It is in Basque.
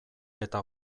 eta